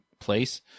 place